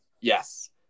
Yes